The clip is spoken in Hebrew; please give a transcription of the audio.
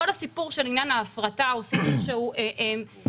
כל הסיפור של עניין ההפרטה הוא סיפור שיש בו ביתר